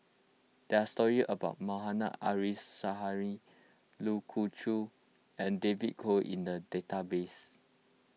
there are stories about Mohammad Arif Suhaimi Lu Khoon Choy and David Kwo in the database